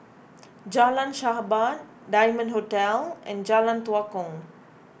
Jalan Sahabat Diamond Hotel and Jalan Tua Kong